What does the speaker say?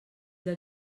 del